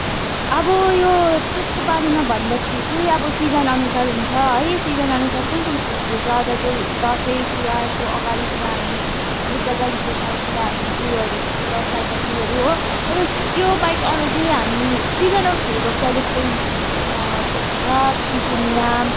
अब यो त्यसको बारेमा भन्दाखेरि चाहिँ अब सिजनअनुसार हुन्छ है सिजनअनुसार कुन कुन फुल फुल्छ दसैँ दसैँ तिवारको अगाडितिर हामी बुद्ध जयन्तीको टाइमतिर हामी उयोहरू छिट्छौँ हो सयपत्रीहरू हो तर त्यो बाहेक अरू चाहिँ हामी सिजनल फुल रोप्छ जस्तै के भन्छ पिटोनिया